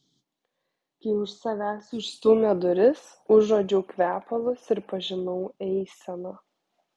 kai už savęs užstūmė duris užuodžiau kvepalus ir pažinau eiseną